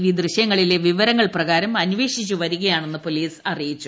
V ദൃശ്യങ്ങളിലെ വിവരങ്ങൾ പ്രകാരം അന്വേഷിച്ചു വരികയാണെന്ന് പോലീസ് പറഞ്ഞു